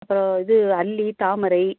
அப்புறம் இது அல்லி தாமரை